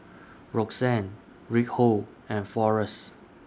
Roxann Reinhold and Forrest